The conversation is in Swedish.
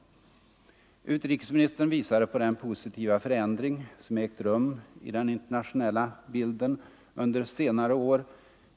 säkerhetsoch Utrikesministern visade på den positiva förändring som ägt rum i den = nedrustningsfrågorinternationella bilden under senare år.